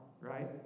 right